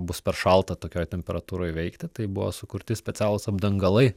bus per šalta tokioj temperatūroj veikti tai buvo sukurti specialūs apdangalai